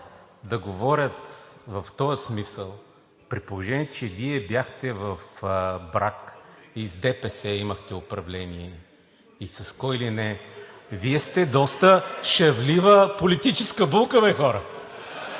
да говорят в този смисъл, при положение че Вие бяхте в брак – и с ДПС имахте управление, и с кой ли не, Вие сте доста шавлива политическа булка бе, хора!?